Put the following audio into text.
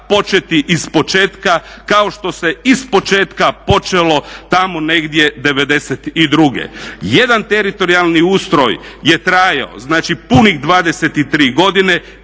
početi ispočetka kao što se ispočetka počelo tamo negdje '92. Jedan teritorijalni ustroj je trajao punih 23 godine